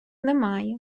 немає